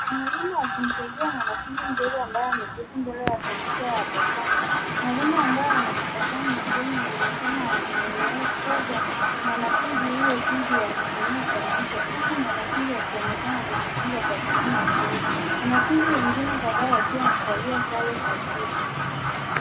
Mwalimu akimsaidia mwanafunzi mdogo ambaye ameketi mbele ya kompyuta ya pajani. Mwalimu ambaye ana tabasamu usoni anaonekana akimwelekeza mwanafunzi huyo jinsi ya kutumia kompyuta huku mwanafunzi akionekana kujifunza kwa bidii na furaha. Wanafunzi kadhaa wakiwa wamevalia sare za shule.